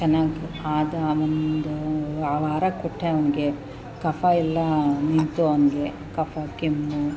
ಚೆನ್ನಾಗಿ ಆದ ಒಂದು ಆ ವಾರ ಕೊಟ್ಟೆ ಅವನಿಗೆ ಕಫ ಎಲ್ಲ ನಿಂತು ಅವನಿಗೆ ಕಫಾ ಕೆಮ್ಮು